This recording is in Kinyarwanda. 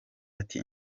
ati